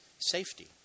safety